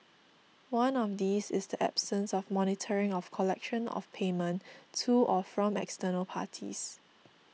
one of these is the absence of monitoring of collection of payment to or from external parties